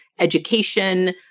Education